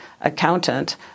accountant